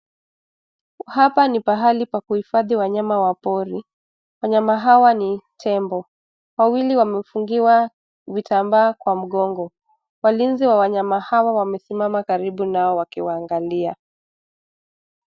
Hapa ni pahali pa kuhifadhi wanyama wa pori, wanyama hawa ni tembo, wawili wamefungiwa vitambaa kwa mgongo, walinzi wa wanyama hawa wamesimama karibu nao wakiwaangalia.